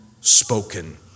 spoken